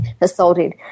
assaulted